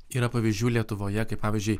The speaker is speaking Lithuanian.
yra pavyzdžių lietuvoje kaip pavyzdžiui